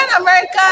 america